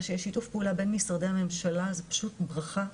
שיש שיתוף פעולה בין משרדי הממשלה זו פשוט ברכה.